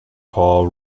paul